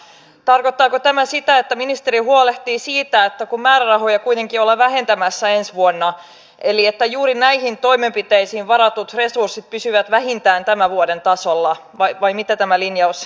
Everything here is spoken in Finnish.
palaan tähän tutkimusasiaan ja olen erittäin tyytyväinen siitä että valiokunta on antanut tälle hoitotyön tutkimukselle sen määrärahan ja toivon että tämäkin asia samoin kuin päihdeäidit ratkaistaan kestävällä tasolla jatkossa